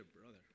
brother